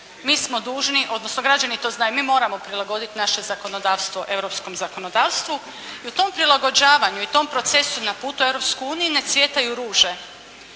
mi smo dužni odnosno građani to znaju. Mi moramo prilagoditi naše zakonodavstvo europskom zakonodavstvu i u tom prilagođavanju i tom procesu na putu u Europsku uniju ne cvjetaju ruže.